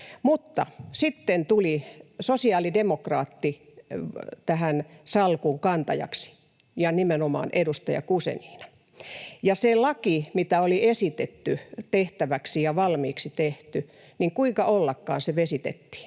sitten tuli sosiaalidemokraatti tähän salkunkantajaksi, nimenomaan edustaja Guzenina, ja se laki, mitä oli esitetty tehtäväksi ja valmiiksi tehty, kuinka ollakaan, vesitettiin.